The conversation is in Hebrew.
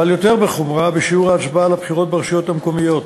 אבל יותר בחומרה בשיעור ההצבעה לבחירות ברשויות המקומיות.